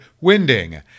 Winding